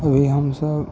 अभी हमसब